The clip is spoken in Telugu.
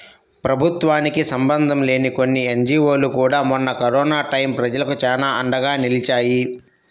ప్రభుత్వానికి సంబంధం లేని కొన్ని ఎన్జీవోలు కూడా మొన్న కరోనా టైయ్యం ప్రజలకు చానా అండగా నిలిచాయి